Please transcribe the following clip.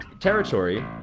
Territory